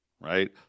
Right